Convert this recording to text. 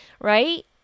right